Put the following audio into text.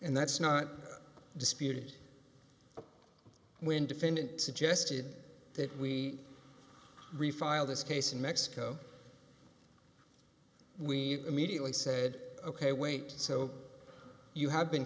and that's not disputed when defendant suggested that we refile this case in mexico we immediately said ok wait so you have been